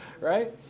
Right